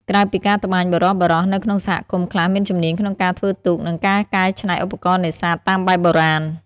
ក្រៅពីការត្បាញ បុរសៗនៅក្នុងសហគមន៍ខ្លះមានជំនាញក្នុងការធ្វើទូក និងការកែច្នៃឧបករណ៍នេសាទតាមបែបបុរាណ។